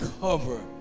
cover